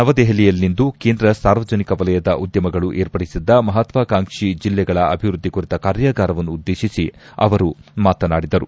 ನವದೆಪಲಿಯಲ್ಲಿಂದು ಕೇಂದ್ರ ಸಾರ್ವಜನಿಕ ವಲಯದ ಉದ್ಯಮಗಳು ಏರ್ಪಡಿಸಿದ್ದ ಮಹತ್ವಾಕಾಂಕ್ಷಿ ಜಿಲ್ಲೆಗಳ ಅಭಿವೃದ್ದಿ ಕುರಿತ ಕಾರ್ಯಾಗಾರವನ್ನು ಉದ್ದೇಶಿಸಿ ಅವರು ಮಾತನಾಡಿದರು